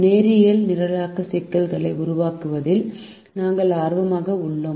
நேரியல் நிரலாக்க சிக்கல்களை உருவாக்குவதில் நாங்கள் ஆர்வமாக உள்ளோம்